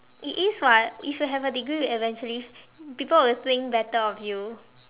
it is [what] if you have a degree will eventually people will think better of you